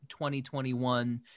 2021